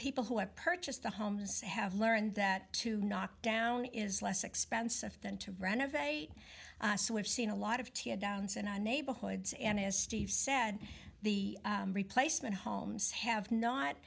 people who have purchased the homes have learned that to knock down is less expensive than to renovate so we've seen a lot of tear downs and i neighborhoods and as steve said the replacement homes have not